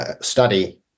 Study